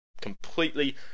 completely